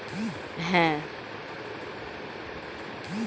security বা মানুষের asset হচ্ছে এমন একটা জিনিস যেটাকে বাজারে ট্রেড করা যায়